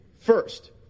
First